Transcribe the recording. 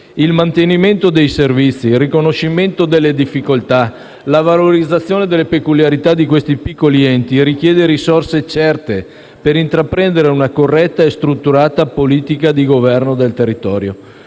Il mantenimento dei servizi, il riconoscimento delle difficoltà, la valorizzazione delle peculiarità di questi piccoli enti richiedono risorse certe per intraprendere una corretta e strutturata politica di governo del territorio.